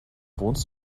wohnst